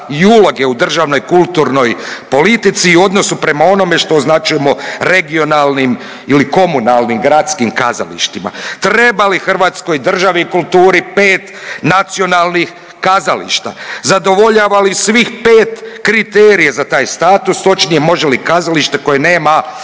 i uloge u državnoj kulturnoj politici i odnosu prema onome što označujemo regionalnim ili komunalnim gradskim kazalištima. Treba li hrvatskoj državi i kulturi 5 nacionalnih kazališta? Zadovoljava li svih 5 kriterije za taj status, točnije, može li kazalište koje nema